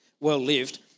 well-lived